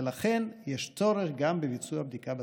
ולכן יש צורך גם בביצוע בדיקה בשדה.